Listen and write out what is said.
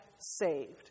saved